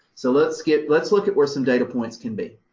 so let's get, let's look at where some data points can be.